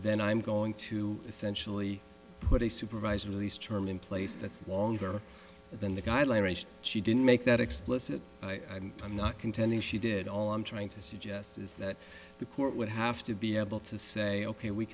then i'm going to essentially put a supervised release term in place that's longer than the guy like she didn't make that explicit i'm not contending she did all i'm trying to suggest is that the court would have to be able to say ok we